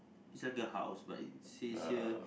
it's like a house but it says here